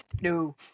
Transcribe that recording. No